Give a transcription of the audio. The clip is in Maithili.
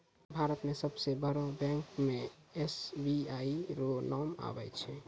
भारत मे सबसे बड़ो बैंक मे एस.बी.आई रो नाम आबै छै